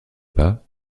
pas